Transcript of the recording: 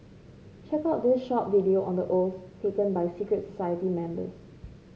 check out this short video on the oaths taken by secret society members